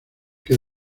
que